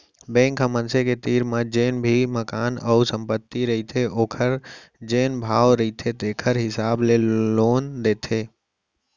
bank ह मनसे के तीर म जेन भी मकान अउ संपत्ति रहिथे ओखर जेन भाव रहिथे तेखर हिसाब ले लोन देथे